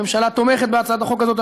הממשלה תומכת בהצעת החוק הזאת.